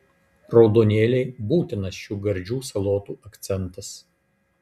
raudonėliai būtinas šių gardžių salotų akcentas